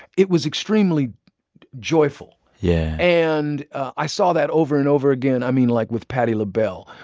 it was extremely joyful yeah and i saw that over and over again i mean, like, with patti labelle,